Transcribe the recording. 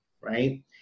right